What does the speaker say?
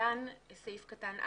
בעניין סעיף קטן (א),